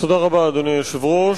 תודה רבה, אדוני היושב-ראש.